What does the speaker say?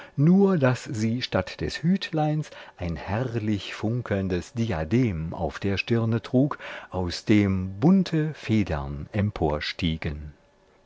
nur daß sie statt des hütleins ein herrlich funkelndes diadem auf der stirne trug aus dem bunte federn